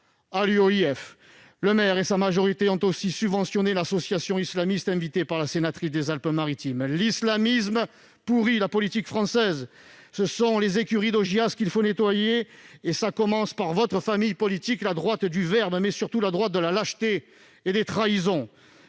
de l'UOIF. Le maire et sa majorité ont aussi subventionné l'association islamiste invitée par la sénatrice des Alpes-Maritimes. L'islamisme pourrit la politique française et la rend semblable aux écuries d'Augias. Pour les nettoyer, il faudrait commencer par votre famille politique, la droite du verbe, mais surtout la droite de la lâcheté et des trahisons.